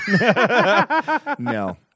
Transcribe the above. No